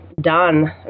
done